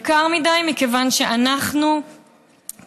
יקר מדי, מכיוון שאנחנו כיהודים,